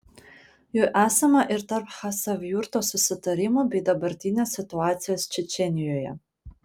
jų esama ir tarp chasavjurto susitarimų bei dabartinės situacijos čečėnijoje